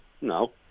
No